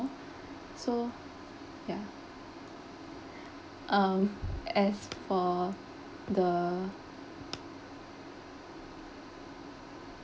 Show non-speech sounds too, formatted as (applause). so yeah um (laughs) as for the